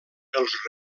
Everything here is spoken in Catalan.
els